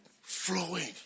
Flowing